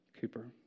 Cooper